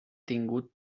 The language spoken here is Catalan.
tingut